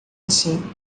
assim